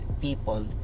people